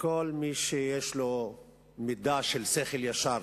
וכל מי שיש לו מידה של שכל ישר,